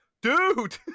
dude